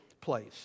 place